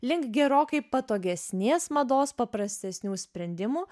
link gerokai patogesnės mados paprastesnių sprendimų